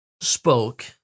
spoke